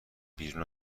بیرون